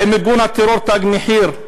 האם ארגון הטרור "תג מחיר"